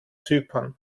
zypern